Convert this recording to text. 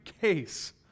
case